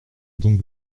donc